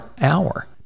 hour